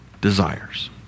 desires